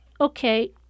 Okay